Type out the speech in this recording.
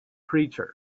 creature